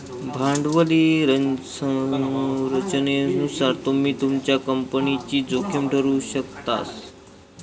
भांडवली संरचनेनुसार तुम्ही तुमच्या कंपनीची जोखीम ठरवु शकतास